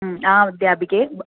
आम् अध्यापिके